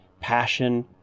passion